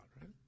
right